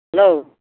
hello